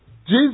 Jesus